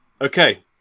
Okay